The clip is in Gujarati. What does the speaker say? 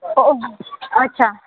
ઓહ અચ્છા